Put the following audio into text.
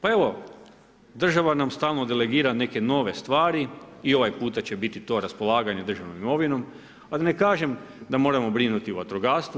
Pa evo država nam stalno delegira neke nove stvari i ovaj puta će biti to raspolaganje državnom imovinom, a da ne kažem da moramo brinuti o vatrogastvu.